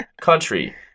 country